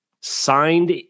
signed